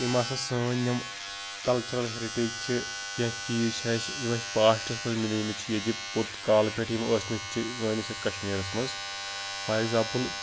یِم ہَسا سٲنۍ یِم کَلچرَل ہیرِٹیج چھِ کینٛہہ چیٖز چھِ اَسہِ یِم اَسہِ پاسٹَس منٛز مِلیمٕتۍ چھِ ییٚتہِ پوٚت کالہٕ پٮ۪ٹھ یِم ٲسۍمٕتۍ چھِ سٲنِس یَتھ کَشمیٖرَس منٛز فار ایٚگزامپٕل